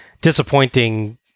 disappointing